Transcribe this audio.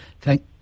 Thank